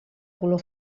color